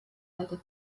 alter